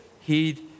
heed